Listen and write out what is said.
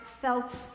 felt